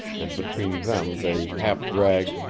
and between them they half-dragged,